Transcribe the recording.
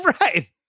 Right